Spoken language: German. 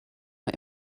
nur